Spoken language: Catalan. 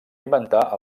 inventar